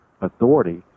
authority